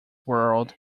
world